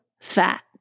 fat